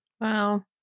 Wow